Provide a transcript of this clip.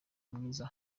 mwiza